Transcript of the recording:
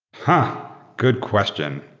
huh! good question.